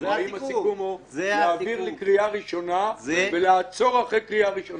האם הסיכום הוא להעביר בקריאה ראשונה ולעצור אחרי קריאה ראשונה.